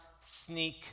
sneak